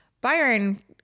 byron